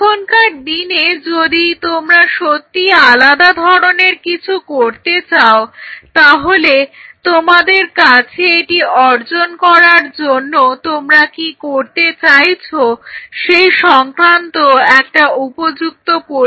এখনকার দিনে যদি তোমরা সত্যিই আলাদা ধরনের কিছু করতে চাও তাহলে তোমাদের কাছে এটি অর্জন করার জন্য তোমরা কি করতে চাইছো সেই সংক্রান্ত একটা উপযুক্ত পরিকল্পনা থাকতে হবে